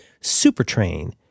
SuperTrain